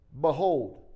behold